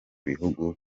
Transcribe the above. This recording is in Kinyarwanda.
bihugu